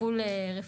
טיפול רפואי.